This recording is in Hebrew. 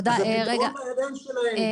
הפתרון בידיים שלהם.